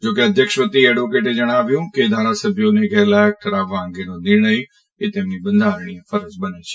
જા કે અધ્યક્ષવતી એડવાકેટે જણાવ્યું કે ધારાસભ્યોને ગેરલાયક ઠરાવવા અંગેનો નિર્ણય એ તેમની બંધારણીય ફરજ બને છે